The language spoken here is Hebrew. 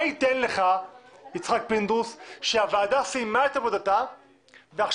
מה ייתן לך שהוועדה סיימה את עבודתה ועכשיו